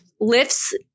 lifts